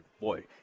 boy